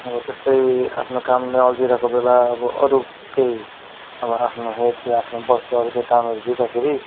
अब त्यस्तै आफ्नो कामले अल्झिरहेको बेला अब अरू केही अब आफ्नो हेडले आफ्नो बोसले केही कामहरू दिँदाखेरि